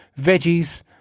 veggies